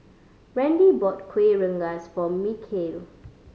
Randy bought Kueh Rengas for Michale